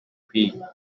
kwikura